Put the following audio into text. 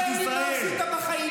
כסף של הציבור.